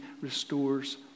restores